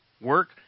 work